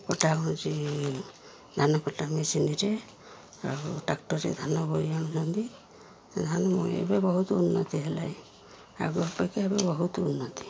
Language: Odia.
କଟା ହେଉଛି ଧାନକଟା ମେସିନ୍ରେ ଆଉ ଟ୍ରାକ୍ଟରରେ ଧାନ ବୋହି ଆଣୁଛନ୍ତି ଧାନ ଏବେ ବହୁତ ଉନ୍ନତି ହେଲାଣି ଆଗ ଅପେକ୍ଷା ଏବେ ବହୁତ ଉନ୍ନତି